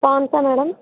పాండ్సా madam